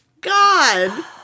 God